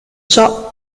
ciò